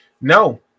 No